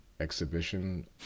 exhibition